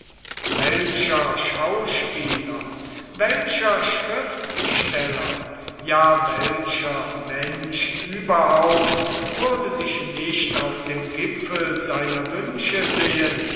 welcher schauspieler welcher schriftsteller ja welcher mensch überhaupt würde sich nicht auf dem gipfel seiner wünsche sehen